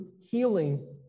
healing